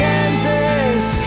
Kansas